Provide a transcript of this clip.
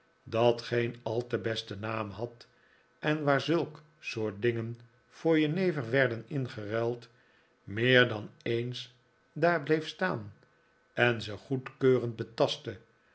dat geen al te besten naam had en waar zulk soort dingen voor jenever werden ingeruild meer dan eens daar bleef staan en ze goedkeurend betastte